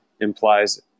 implies